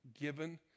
given